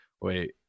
wait